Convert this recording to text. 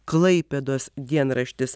klaipėdos dienraštis